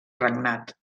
regnat